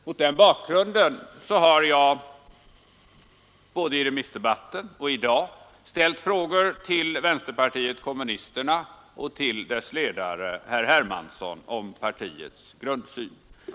Mot den bakgrunden har jag både i remissdebatten och i dag ställt frågor till vänsterpartiet kommunisterna och till dess ledare herr Hermansson om partiets grundsyn.